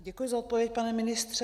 Děkuji za odpověď, pane ministře.